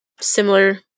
similar